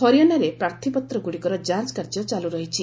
ହରିୟାଣାରେ ପ୍ରାର୍ଥୀପତ୍ରଗୁଡ଼ିକର ଯାଞ୍ଚ କାର୍ଯ୍ୟ ଚାଲୁ ରହିଛି